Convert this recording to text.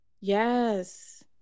Yes